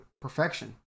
perfection